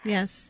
Yes